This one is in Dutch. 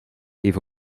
even